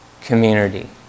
community